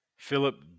Philip